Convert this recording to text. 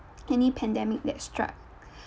any pandemic that struck